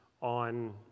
on